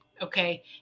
Okay